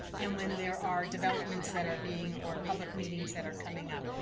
and when there are developments that are being or public meetings that are coming up,